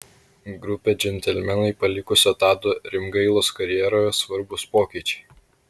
grupę džentelmenai palikusio tado rimgailos karjeroje svarbūs pokyčiai